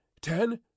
Ten